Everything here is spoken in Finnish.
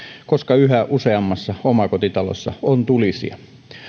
koska yhä useammassa omakotitalossa on tulisija